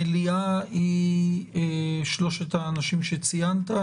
המליאה מונה את שלושת האנשים שציינת?